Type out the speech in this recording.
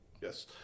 Yes